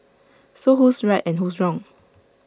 so who's right and who's wrong